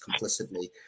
complicitly